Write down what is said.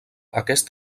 aquest